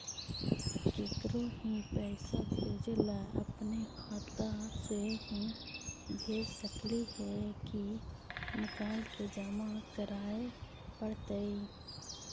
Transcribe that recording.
केकरो ही पैसा भेजे ल अपने खाता से ही भेज सकली हे की निकाल के जमा कराए पड़तइ?